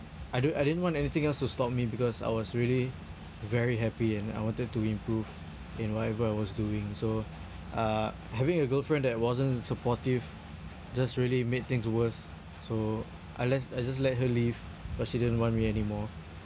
I donn't I didn't want anything else to stop me because I was really very happy and I wanted to improve in whatever I was doing so uh having a girlfriend that wasn't supportive just really made things worse so I let I just let her leave because she didn't want me anymore